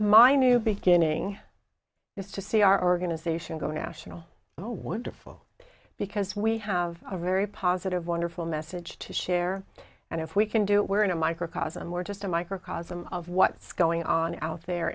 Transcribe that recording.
my new beginning is to see our organisation going to asheville oh wonderful because we have a very positive wonderful message to share and if we can do it we're in a microcosm we're just a microcosm of what's going on out there